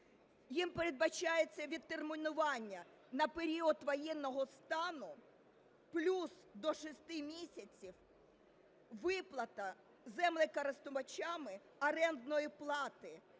Їм передбачається відтермінування на період воєнного стану плюс до 6 місяців виплата землекористувачами орендної плати.